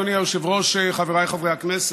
אדוני היושב-ראש, חבריי חברי הכנסת,